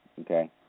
okay